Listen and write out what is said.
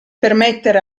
permettere